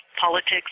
Politics